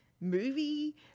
movie